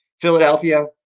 Philadelphia